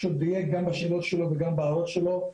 פשוט דייק גם בשאלות שלו וגם בהערות שלו.